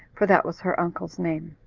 for that was her uncle's name.